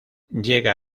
llega